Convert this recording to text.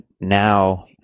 now